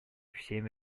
всем